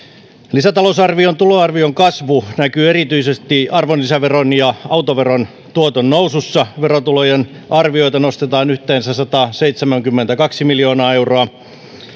lisätalousarvion tuloarvion kasvu näkyy erityisesti arvonlisäveron ja autoveron tuoton nousussa verotulojen arviota nostetaan yhteensä sataseitsemänkymmentäkaksi miljoonaa euroa